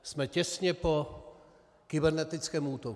Jsme těsně po kybernetickém útoku.